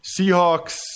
Seahawks